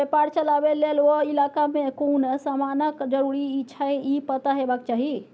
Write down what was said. बेपार चलाबे लेल ओ इलाका में कुन समानक जरूरी छै ई पता हेबाक चाही